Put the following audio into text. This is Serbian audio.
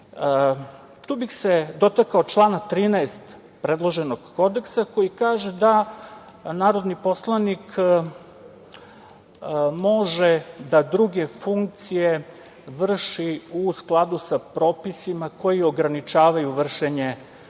bih se dotakao člana 13. predloženog kodeksa, koji kaže da narodni poslanik može da druge funkcije vrši u skladu sa propisima koji ograničavaju vršenje drugih